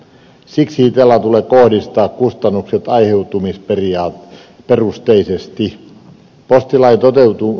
siksi itellan tulee kohdistaa kustannukset aiheutumisperusteisesti